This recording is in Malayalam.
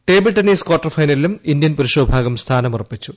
ടേബിൾ ടെന്നീസ് കാർട്ടർ ഫൈനലിലും ഇന്ത്യൻ പുരുഷ വിഭാഗം സ്ഥാനമുറപ്പിച്ചു